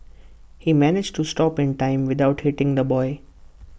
he managed to stop in time without hitting the boy